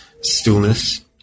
stillness